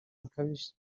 bikabije